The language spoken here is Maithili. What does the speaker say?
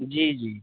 जी जी